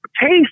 Taste